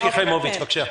מיקי חיימוביץ', בבקשה.